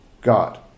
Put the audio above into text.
God